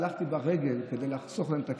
הלכתי ברגל כדי לחסוך להם את הכסף.